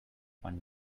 one